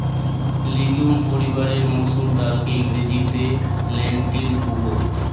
legume পরিবারের মসুর ডালকে ইংরেজিতে লেন্টিল কুহ